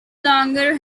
longer